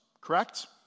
Correct